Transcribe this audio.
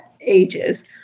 ages